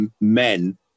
men